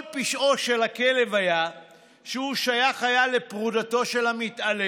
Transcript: כל פשעו של הכלב היה שהוא היה שייך לפרודתו של המתעלל